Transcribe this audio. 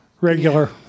regular